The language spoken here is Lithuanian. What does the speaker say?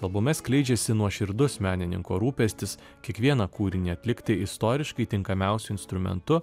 albume skleidžiasi nuoširdus menininko rūpestis kiekvieną kūrinį atlikti istoriškai tinkamiausiu instrumentu